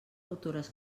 autores